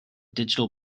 digital